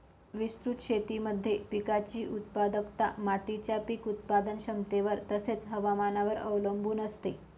विस्तृत शेतीमध्ये पिकाची उत्पादकता मातीच्या पीक उत्पादन क्षमतेवर तसेच, हवामानावर अवलंबून असते